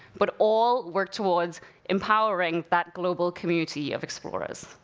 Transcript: but all work towards empowering that global community of explorers.